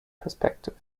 perspective